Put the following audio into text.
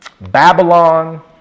Babylon